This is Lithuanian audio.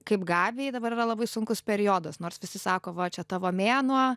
kaip gabijai dabar yra labai sunkus periodas nors visi sako va čia tavo mėnuo